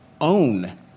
own